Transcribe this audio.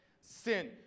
sin